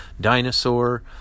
dinosaur